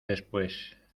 después